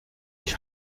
ich